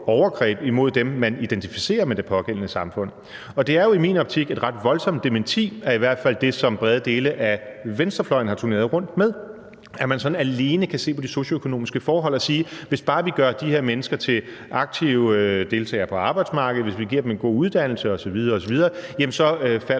overgreb mod dem, man identificerer med det pågældende samfund. Det er jo i min optik et ret voldsomt dementi af i hvert fald det, som brede dele af venstrefløjen har turneret rundt med, nemlig at man sådan alene kan se på de socioøkonomiske forhold og sige: Hvis bare vi gør de her mennesker til aktive deltagere på arbejdsmarkedet, hvis vi giver dem en god uddannelse osv. osv., jamen så falder